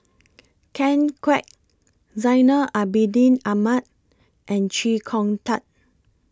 Ken Kwek Zainal Abidin Ahmad and Chee Kong Tet